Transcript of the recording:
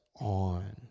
on